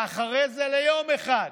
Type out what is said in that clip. ואחרי זה ליום אחד.